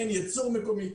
אין יצור מקומי,